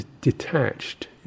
detached